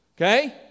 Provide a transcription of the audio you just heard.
Okay